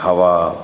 हवा